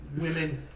women